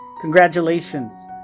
Congratulations